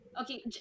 Okay